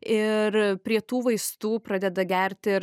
ir prie tų vaistų pradeda gert ir